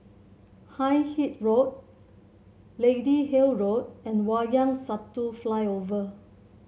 Hindhede Road Lady Hill Road and Wayang Satu Flyover